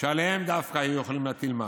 שעליהם דווקא היו יכולים להטיל מס.